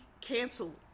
canceled